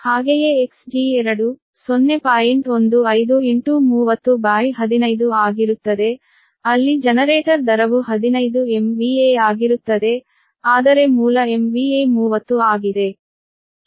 ಹಾಗೆಯೇ Xg2 ಆಗಿರುತ್ತದೆ ಅಲ್ಲಿ ಜನರೇಟರ್ ದರವು 15 MVA ಆಗಿರುತ್ತದೆ ಆದರೆ ಮೂಲ MVA 30 ಆಗಿದೆ